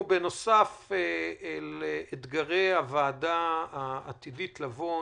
ובנוסף לאתגרי הוועדה העתידית לבוא,